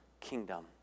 kingdom